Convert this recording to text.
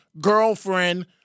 girlfriend